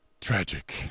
Tragic